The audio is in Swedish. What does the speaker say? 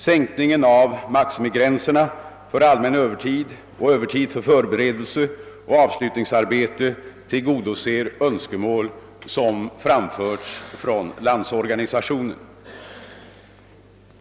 Sänkningen av maximigränserna för allmän övertid och övertid för förberedelseoch avslutningsarbete tillgodoser önskemål som framförts från Landsorganisationen.